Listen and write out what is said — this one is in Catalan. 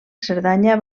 cerdanya